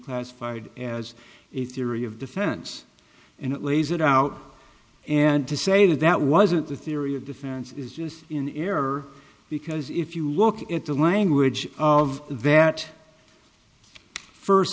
classified as it's theory of defense and it lays it out and to say that that wasn't the theory of defense is just in error because if you look at the language of that first